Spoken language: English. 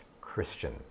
Christian